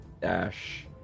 Dash